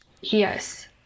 Yes